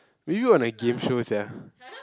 were you on a game show sia